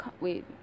Wait